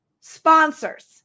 sponsors